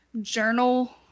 journal